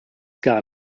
gar